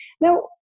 Now